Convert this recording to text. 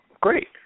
great